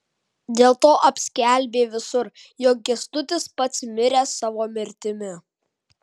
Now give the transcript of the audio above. dėlto apskelbė visur jog kęstutis pats miręs savo mirtimi